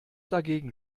dagegen